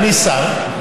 ואני שר,